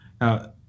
Now